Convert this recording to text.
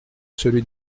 celui